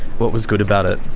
what was good about it?